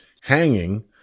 hanging